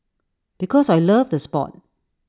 because I loved the Sport